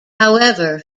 however